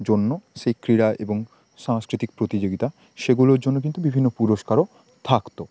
জন্য সেই ক্রীড়া এবং সাংস্কৃতিক প্রতিযোগিতা সেগুলোর জন্য কিন্তু বিভিন্ন পুরস্কারও থাকত